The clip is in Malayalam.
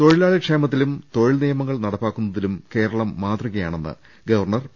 തൊഴിലാളി ക്ഷേമത്തിലും തൊഴിൽ നിയമങ്ങൾ നടപ്പാക്കുന്ന തിലും കേരളം മാതൃകയാണെന്ന് ഗവർണർ പി